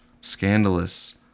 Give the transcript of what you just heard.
Scandalous